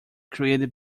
created